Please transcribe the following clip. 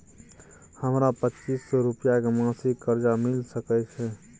हमरा पच्चीस सौ रुपिया के मासिक कर्जा मिल सकै छै?